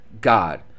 God